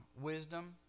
wisdom